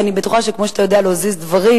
כי אני בטוחה שכמו שאתה יודע להזיז דברים,